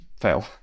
fail